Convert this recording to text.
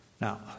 Now